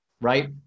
right